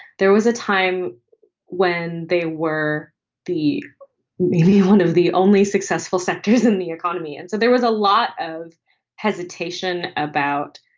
there was a time when they were the maybe one of the only successful sectors in the economy. and so there was a lot of hesitation about.